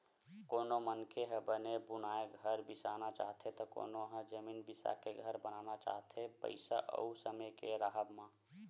कोनो मनखे ह बने बुनाए घर बिसाना चाहथे त कोनो ह जमीन बिसाके घर बनाना चाहथे पइसा अउ समे के राहब म